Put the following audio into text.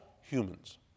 humans